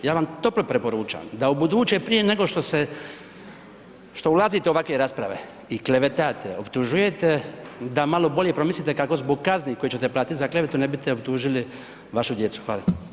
Ja vam toplo preporučam da ubuduće prije nego što ulazite u ovakve rasprave i klevetate, optužujete, da malo bolje promislite kako zbog kazni koje ćete platiti za klevetu ne bi ste optužili vašu djecu, hvala.